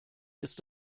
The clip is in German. ist